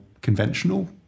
conventional